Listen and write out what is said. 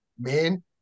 men